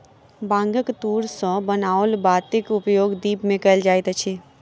बांगक तूर सॅ बनाओल बातीक उपयोग दीप मे कयल जाइत अछि